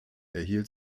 erhielt